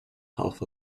half